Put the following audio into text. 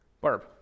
Barb